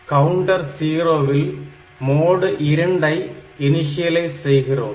counter 0 ல் mode 2 ஐ initialise செய்கிறோம்